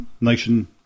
Nation